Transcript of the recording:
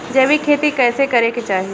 जैविक खेती कइसे करे के चाही?